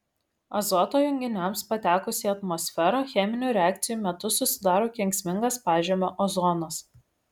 azoto junginiams patekus į atmosferą cheminių reakcijų metu susidaro kenksmingas pažemio ozonas